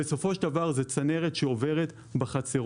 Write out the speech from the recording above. בסופו של דבר, זו צנרת שעוברת בחצרות.